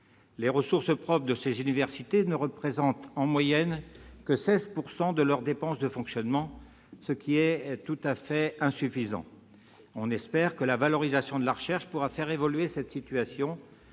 Les ressources propres de ces universités ne représentent, en moyenne, que 16 % de leurs dépenses de fonctionnement, ce qui est tout à fait insuffisant. On espère que la valorisation de la recherche pourra faire évoluer la situation.